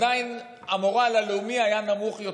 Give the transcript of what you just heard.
עדיין המורל הלאומי היה נמוך יותר.